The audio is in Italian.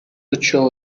ciò